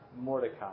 Mordecai